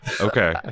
Okay